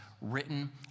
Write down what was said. written